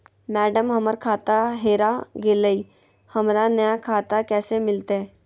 madam, हमर खाता हेरा गेलई, हमरा नया खाता कैसे मिलते